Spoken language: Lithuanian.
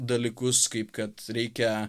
dalykus kaip kad reikia